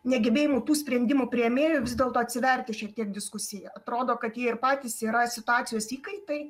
negebėjimu tų sprendimų priėmėjų vis dėlto atsiverti šiek tiek diskusijai atrodo kad ji ir patys yra situacijos įkaitai